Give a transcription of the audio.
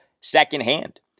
secondhand